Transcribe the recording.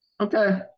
Okay